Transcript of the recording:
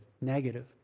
negative